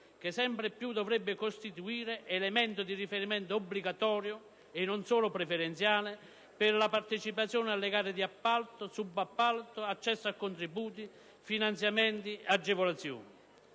che sempre più dovrebbe costituire elemento di riferimento obbligatorio (e non solo preferenziale) per la partecipazione alle gare di appalto, subappalto, accesso a contributi, finanziamenti, agevolazioni.